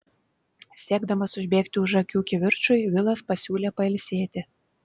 siekdamas užbėgti už akių kivirčui vilas pasiūlė pailsėti